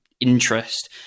interest